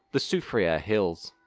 the soufriere ah hills.